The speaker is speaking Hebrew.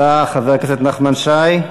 הבא, חבר הכנסת נחמן שי.